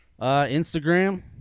Instagram